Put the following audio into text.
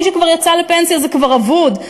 למי שכבר יצא לפנסיה זה כבר אבוד,